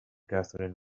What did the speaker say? katherine